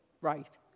right